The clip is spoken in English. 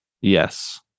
Yes